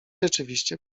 rzeczywiście